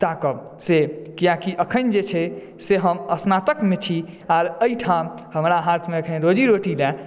ताकब से कियाकि अखन जे छै से हम स्नातकमे छी आओर एहिठाम हमरा हाथमे अखन रोजी रोटी ला